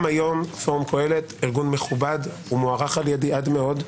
גם היום פורום קהלת ארגון מכובד ומוערך על-ידי עד מאוד.